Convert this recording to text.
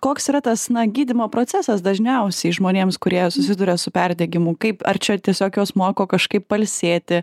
koks yra tas na gydymo procesas dažniausiai žmonėms kurie susiduria su perdegimu kaip ar čia tiesiog juos moko kažkaip pailsėti